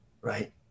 Right